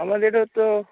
আমাদেরও তো